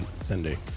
Sunday